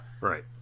Right